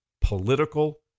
political